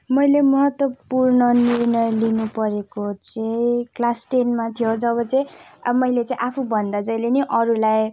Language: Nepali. मैले महत्वपूर्ण निर्णय लिनु परेको चाहिँ क्लास टेनमा थियो जब चाहिँ मैले आफुभन्दा जहिले नि अरूलाई